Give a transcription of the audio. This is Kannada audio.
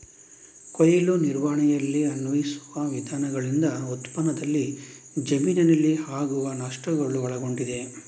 ಕೊಯ್ಲು ನಿರ್ವಹಣೆಯಲ್ಲಿ ಅನ್ವಯಿಸುವ ವಿಧಾನಗಳಿಂದ ಉತ್ಪನ್ನದಲ್ಲಿ ಜಮೀನಿನಲ್ಲಿ ಆಗುವ ನಷ್ಟಗಳು ಒಳಗೊಂಡಿದೆ